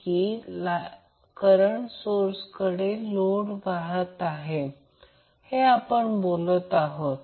तर Vbc हा Van पासून 90° ने लॅग करत आहे कारण हा अँगल 90° आहे